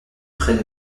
près